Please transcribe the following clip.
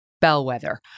bellwether